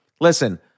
listen